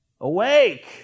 awake